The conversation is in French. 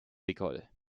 écoles